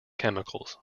chemicals